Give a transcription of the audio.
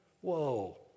Whoa